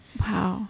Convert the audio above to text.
Wow